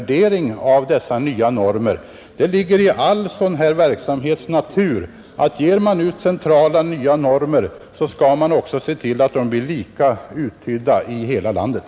Det ligger i all sådan här verksamhets natur att ger man ut centrala nya normer skall man också se till att de blir lika uttydda i hela landet.